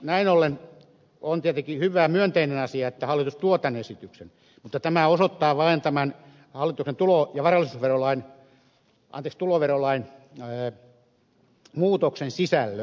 näin ollen on tietenkin hyvä ja myönteinen asia että hallitus tuo tämän esityksen mutta tämä osoittaa vain tämän hallituksen tuloverolain muutoksen sisällön